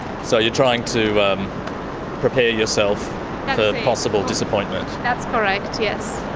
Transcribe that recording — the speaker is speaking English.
so you're trying to prepare yourself for possible disappointment? that's correct, yes,